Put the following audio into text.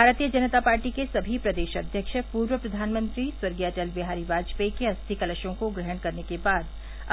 भारतीय जनता पार्टी के सभी प्रदेश अध्यक्ष पूर्व प्रधानमंत्री स्वर्गीय अटल बिहारी वाजपेयी के अस्थि कलशों को ग्रहण करने के बाद